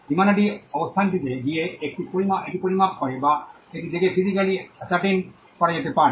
সীমানাটি অবস্থানটিতে গিয়ে এটি পরিমাপ করে বা এটি দেখে ফিজিক্যালি আসার্টেন করা যেতে পারে